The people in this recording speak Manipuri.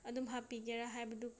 ꯑꯗꯨꯝ ꯍꯥꯞꯄꯤꯒꯦꯔꯥ ꯍꯥꯏꯕꯗꯨ